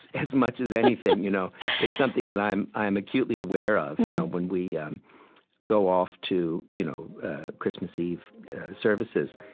as much as anything. you know it's something that i'm i'm acutely aware of you know when we um go off to you know christmas eve services,